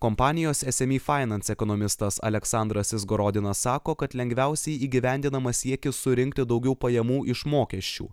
kompanijos sme fainans ekonomistas aleksandras izgorodinas sako kad lengviausiai įgyvendinamas siekis surinkti daugiau pajamų iš mokesčių